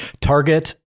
target